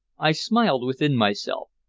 i smiled within myself,